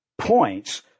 points